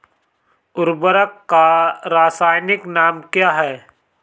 उर्वरक का रासायनिक नाम क्या है?